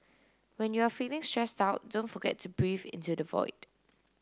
when you are feeling stressed out don't forget to breathe into the void